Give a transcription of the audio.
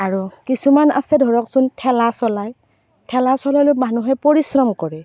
আৰু কিছুমান আছে ধৰকচোন ঠেলা চলায় ঠেলা চলালেও মানুহে পৰিশ্ৰম কৰে